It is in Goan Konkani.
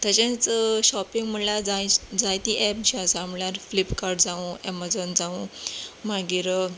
तशेंच शोपिंग म्हणल्यार जाय जायती ऍप जी आसा म्हणल्यार फिल्पकार्ट जांव ऍमजोन जांवू मागीर